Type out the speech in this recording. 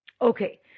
Okay